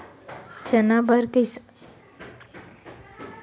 कुकरी के आहार काय?